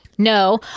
No